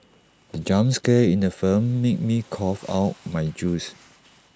the jump scare in the film made me cough out my juice